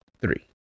three